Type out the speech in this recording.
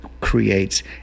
creates